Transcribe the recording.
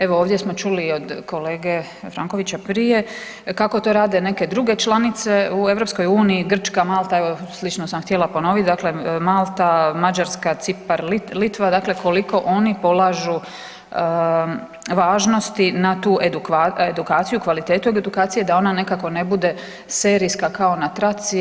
Evo ovdje smo čuli od kolege FRankovića prije kako to rade neke druge članice u EU Grčka, Malta evo slično sam htjela ponovit, dakle Malta, Mađarska, Cipar, Litva dakle koliko oni polažu na tu edukaciju kvalitetu edukacije da ona nekako ne bude serijska kao na traci.